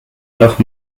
noch